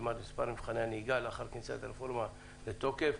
במספר המבחנים מאז כניסת הרפורמה לתוקף.